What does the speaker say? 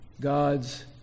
God's